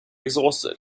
exhausted